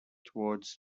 towards